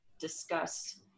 discuss